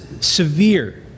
severe